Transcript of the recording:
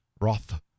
Roth